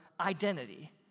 identity